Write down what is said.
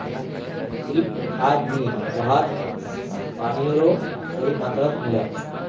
सिर्फ खाद नी वहात पानियों सही मात्रात मिला